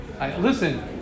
Listen